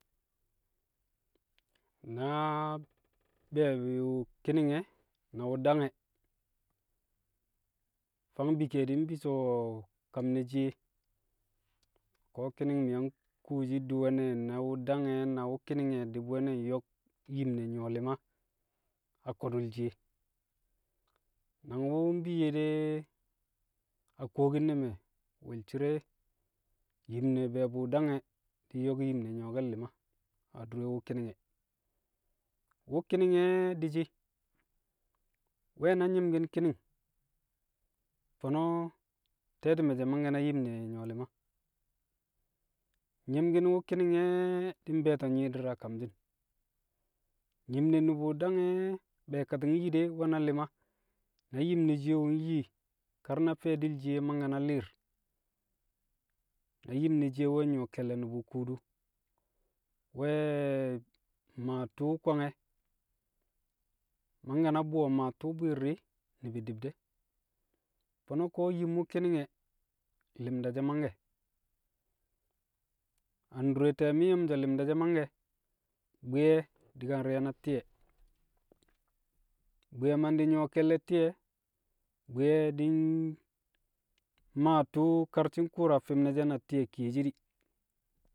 Na- be̱e̱bu̱- ki̱ni̱ng e̱, na wu̱ dang e̱, fang bi ke̱e̱di̱ nbi so̱- kam ne̱ shiye ko̱ ki̱ni̱ng mi̱ yang kuwoshi di̱ we̱ne̱ na wu̱ dang e̱ na wu̱ ki̱ni̱ng e̱ di̱ bi̱ we̱ne̱ nyo̱k yim ne̱ nyu̱wo̱ li̱ma a ko̱du̱l shiye. Nang wu̱ mbiyye de, a kuwokin ne̱ me̱, we̱l cire yim ne be̱e̱bu̱ dang e̱ di̱ nyo̱k yim ne nyu̱wo̱ke̱l li̱ma adure wu̱ ki̱ni̱ng e̱. Wu̱ ki̱ni̱ng e̱ di̱shi̱ we̱ na nyi̱mki̱n ki̱ni̱ng, fo̱no̱ te̱ti̱me̱ she̱ mangke̱ na yim ne nyu̱wo̱ li̱ma. Yi̱mki̱n wu̱ ki̱ni̱ng e̱ di̱ mbe̱e̱to̱ nyi̱i̱di̱r a kamshi̱n. Yim ne nu̱bu̱ dang e̱ be̱e̱kati̱ng nyi de nwe̱ na li̱ma, na yim ne shiye wu̱ nyi kar na fi̱ye̱di̱l shiye mangke̱ na li̱i̱r. Na yim ne shiye we̱ nyu̱wo̱ ke̱lle̱ nu̱bu̱ kuudu. We̱- maa tṵṵ kwange̱. Mangke̱ na bu̱wo̱ maa tṵṵ bwi̱i̱r di̱, ni̱bi̱ di̱b de̱. Fo̱no̱ yim wu̱ ki̱ni̱ng e̱, li̱mda she̱ mangke̱. A ndure te̱e̱ mi̱ nye̱ so̱ li̱mda she̱ mangke̱? Bwi̱ye̱ di̱ ka rena ti̱ye̱. Bwi̱ye̱ mandi̱ nyu̱wo̱ ke̱lle̱ ti̱yẹ. Bwi̱ye̱ di̱- mmaa̱ kar tṵṵ shi̱ nku̱u̱ra a fṵm nẹ she̱, na ti̱ye̱ ki̱ye̱shi̱ di̱.